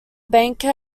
banker